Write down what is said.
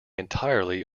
entirely